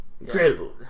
Incredible